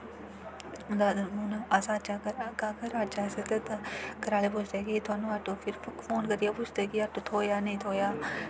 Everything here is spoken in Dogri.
हून अस अगर अज्ज घरा अस घर आह्ले पुछदे कि तोहानूं आटो फिर फोन करियै पुछदे कि आटो थ्होआ कि नेईं थ्होआ